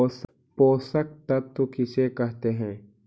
पोषक तत्त्व किसे कहते हैं?